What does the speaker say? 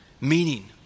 Meaning